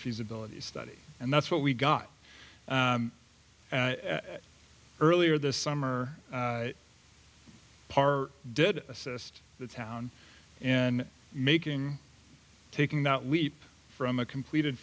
feasibility study and that's what we got earlier this summer par did assist the town and making taking that leap from a completed